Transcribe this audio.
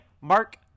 Mark